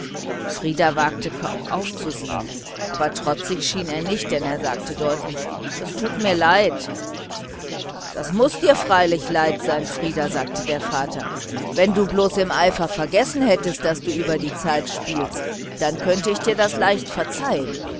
frieder wagte kaum aufzusehen aber trotzig schien er nicht denn er sagte deutlich es ist mir leid das muß dir freilich leid sein frieder sagte der vater wenn du bloß im eifer vergessen hättest daß du über die zeit spielst dann könnte ich dir das leicht verzeihen